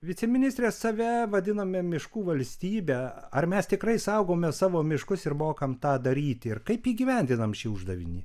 viceministre save vadiname miškų valstybe ar mes tikrai saugome savo miškus ir mokam tą daryti ir kaip įgyvendinam šį uždavinį